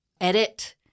edit